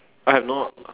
I have no